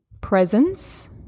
presence